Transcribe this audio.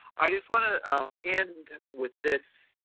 i just wanted to end with this,